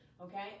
Okay